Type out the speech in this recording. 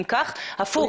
הפוך.